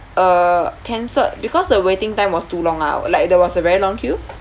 uh cancelled because the waiting time was too long ah like there was a very long queue